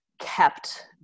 kept